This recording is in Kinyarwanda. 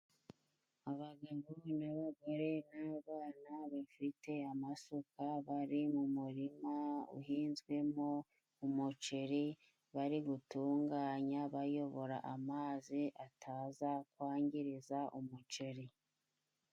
Abagabo, abagore n'abana bafite amasuka bari mu murima uhinzwemo umuceri bari gutunganya, bayobora amazi ataza kwangiriza umuceri.